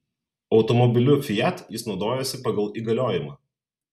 automobiliu fiat jis naudojosi pagal įgaliojimą